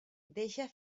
deixa